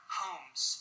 homes